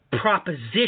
proposition